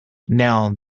now